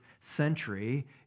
century